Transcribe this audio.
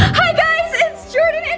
hi guys, it's jordan